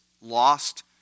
lost